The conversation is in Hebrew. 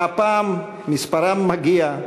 שהפעם מספרם מגיע,